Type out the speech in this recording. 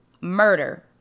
murder